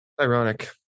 Ironic